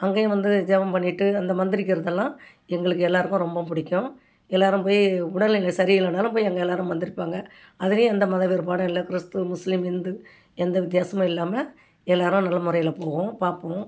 அங்கேயும் வந்து ஜபம் பண்ணிட்டு அந்த மந்திரிக்கிறதெல்லாம் எங்களுக்கு எல்லோருக்கும் ரொம்ப பிடிக்கும் எல்லோரும் போயி உடல்நிலை சரியில்லைனாலும் போய் அங்கே எல்லோரும் மந்திரிப்பாங்க அதுலேயும் எந்த மத வேறுபாடும் இல்லை கிறிஸ்து முஸ்லீம் இந்து எந்த வித்தியாசமும் இல்லாமல் எல்லோரும் நல்லமுறையில் போவோம் பார்ப்போம்